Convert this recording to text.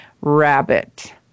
rabbit